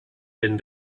been